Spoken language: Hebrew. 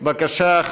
בבקשה,